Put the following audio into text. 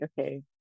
okay